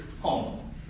home